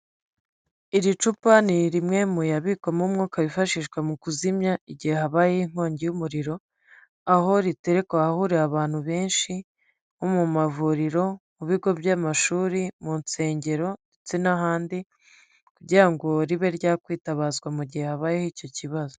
Iri cupa ni rimwe muyabikwamo umwuka wifashishwa mu kuzimya igihe habaye inkongi y'umuriro, aho riterekwahurira abantu benshi nko mu mavuriro, mu bigo by'amashuri, mu nsengero ndetse n'ahandi, kugira ngo ribe ryakwitabazwa mu gihe habayeho icyo kibazo.